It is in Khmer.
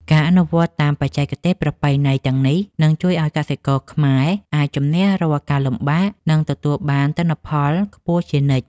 ការអនុវត្តតាមបច្ចេកទេសប្រពៃណីទាំងនេះនឹងជួយឱ្យកសិករខ្មែរអាចជម្នះរាល់ការលំបាក និងទទួលបានទិន្នផលខ្ពស់ជានិច្ច។